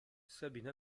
sabine